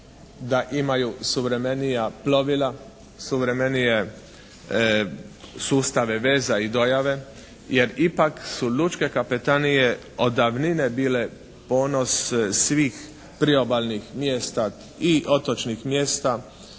da imaju suvremenija plovila, suvremenije sustave veza i dojave, jer ipak su lučke kapetanije od davnine bile ponos svih priobalnih mjesta i otočnih mjesta